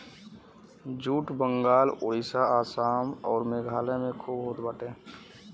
jute Bengal Orissa Assam अउर मेघालय में खूब होत बाटे